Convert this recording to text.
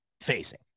facing